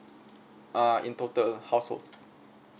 uh in total household